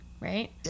Right